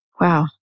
Wow